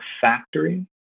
factory